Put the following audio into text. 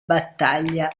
battaglia